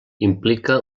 implica